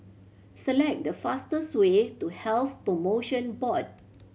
select the fastest way to Health Promotion Board